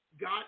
got